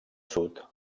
sud